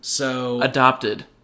Adopted